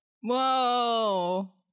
Whoa